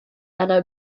einer